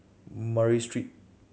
Murray Street